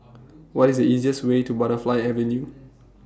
What IS The easiest Way to Butterfly Avenue